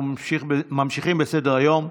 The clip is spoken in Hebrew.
אנחנו ממשיכים בסדר-היום,